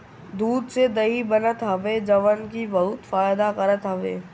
दूध से दही बनत हवे जवन की बहुते फायदा करत हवे